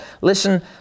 Listen